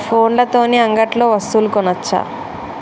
ఫోన్ల తోని అంగట్లో వస్తువులు కొనచ్చా?